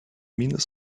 minus